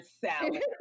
salad